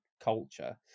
culture